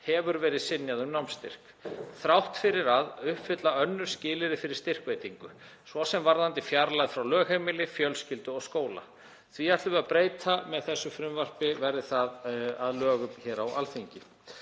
hefur verið synjað um námsstyrk þrátt fyrir að uppfylla önnur skilyrði fyrir styrkveitingu, svo sem varðandi fjarlægð frá lögheimili, fjölskyldu og skóla. Því ætlum við að breyta með þessu frumvarpi verði það að lögum hér á Alþingi.